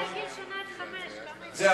עד גיל חמש זה 500 שקלים.